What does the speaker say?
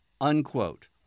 unquote